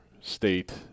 state